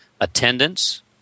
attendance